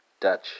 Dutch